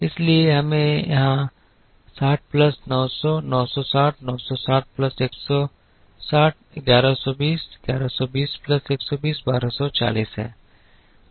इसलिए यह हमें 60 प्लस 900 960 960 प्लस 160 1120 1120 प्लस 120 1240 है